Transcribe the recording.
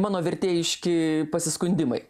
mano vertėjiški pasiskundimai